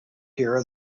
here